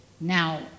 Now